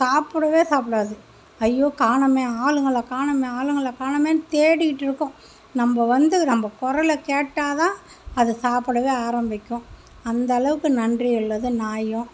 சாப்பிடவே சாப்பிடாது ஐயோ காணமே ஆளுங்களை காணமே ஆளுகளை காணுமே தேடிட் இருக்கும் நம்ம வந்து நம்ம குரல கேட்டா தான் அது சாப்பிடவே ஆரம்பிக்கும் அந்தளவுக்கு நன்றி உள்ளது நாயும்